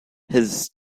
his